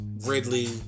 Ridley